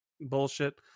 Bullshit